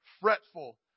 fretful